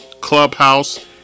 Clubhouse